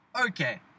okay